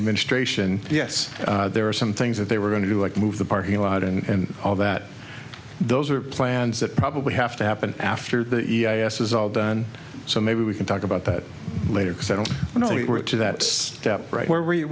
administration yes there are some things that they were going to do like move the parking lot and all that those are plans that probably have to happen after the e i a s is all done so maybe we can talk about that later because i don't know if it were up to that step right where we were you